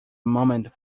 moment